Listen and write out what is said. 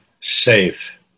safe